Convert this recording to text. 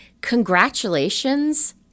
Congratulations